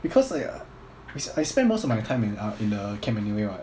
because like I I spend most of my time in ar~ in the camp anyway [what]